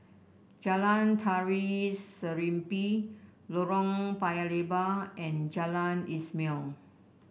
Jalan Tari Serimpi Lorong Paya Lebar and Jalan Ismail